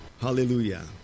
hallelujah